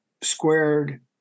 squared